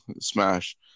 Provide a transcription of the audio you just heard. smash